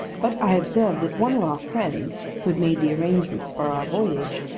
but i observed that one of our friends who had made the arrangements for our voyage,